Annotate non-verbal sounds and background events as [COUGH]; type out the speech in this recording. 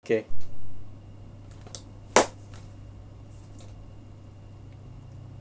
okay [NOISE]